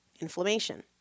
Inflammation